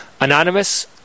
Anonymous